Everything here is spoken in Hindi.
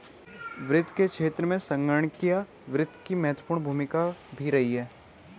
वित्त के क्षेत्र में संगणकीय वित्त की महत्वपूर्ण भूमिका भी रही है